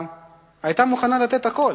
והיתה מוכנה לתת הכול.